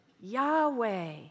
Yahweh